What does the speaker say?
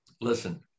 listen